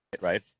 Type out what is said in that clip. Right